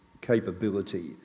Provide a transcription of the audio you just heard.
capability